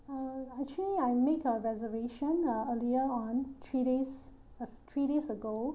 uh actually I made a reservation uh earlier on three days uh three days ago